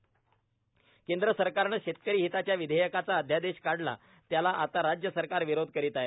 संजय धोत्रे केंद्र सरकारन शेतकरी हिताच्या विधेयकाचा अध्यादेश काढला त्याला आता राज्य सरकार विरोध करीत आहे